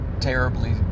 terribly